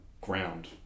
ground